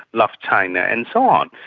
love china and so on.